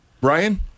Brian